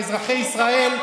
ואזרחי ישראל,